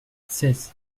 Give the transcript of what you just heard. seize